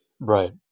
Right